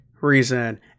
reason